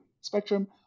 spectrum